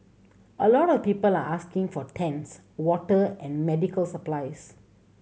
a lot of people are asking for tents water and medical supplies